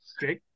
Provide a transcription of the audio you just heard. Jake